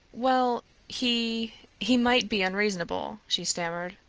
well he he might be unreasonable, she stammered.